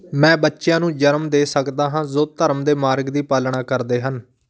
ਮੈਂ ਬੱਚਿਆਂ ਨੂੰ ਜਨਮ ਦੇ ਸਕਦਾ ਹਾਂ ਜੋ ਧਰਮ ਦੇ ਮਾਰਗ ਦੀ ਪਾਲਣਾ ਕਰਦੇ ਹਨ